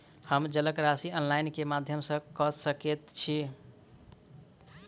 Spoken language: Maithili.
हम जलक राशि ऑनलाइन केँ माध्यम सँ कऽ सकैत छी?